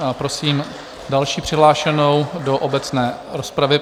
A prosím další přihlášenou do obecné rozpravy...